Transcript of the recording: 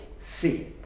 see